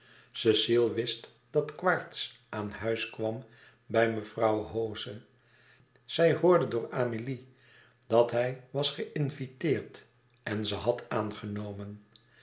cecile wist dat quaerts aan huis kwam bij mevrouw hoze zij hoorde door amélie dat hij was geinviteerd en ze had aangenomen